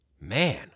Man